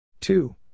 Two